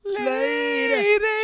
Lady